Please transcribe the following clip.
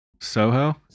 Soho